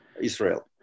Israel